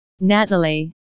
Natalie